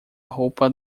roupa